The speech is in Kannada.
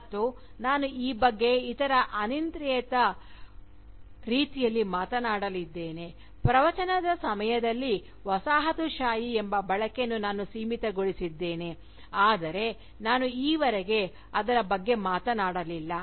ಮತ್ತು ನಾನು ಈ ಬಗ್ಗೆ ಇತರ ಅನಿಯಂತ್ರಿತ ರೀತಿಯಲ್ಲಿ ಮಾತನಾಡಲಿದ್ದೇನೆ ಪ್ರವಚನದ ಸಮಯದಲ್ಲಿ ವಸಾಹತುಶಾಹಿ ಪದದ ಬಳಕೆಯನ್ನು ನಾನು ಸೀಮಿತಗೊಳಿಸಿದ್ದೇನೆ ಆದರೆ ನಾನು ಈವರೆಗೆ ಅದರ ಬಗ್ಗೆ ಮಾತನಾಡಲಿಲ್ಲ